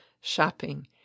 shopping